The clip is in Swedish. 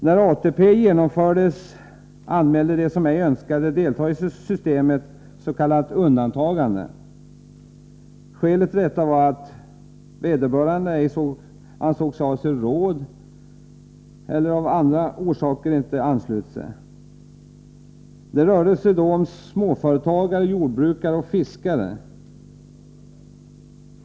När ATP-reformen genomfördes anmälde de som ej önskade delta i systemet s.k. undantagande. Skälet till detta var ofta att vederbörande ej ansåg sig ha råd med ett deltagande. Det rörde sig om småföretagare, jordbrukare och fiskare.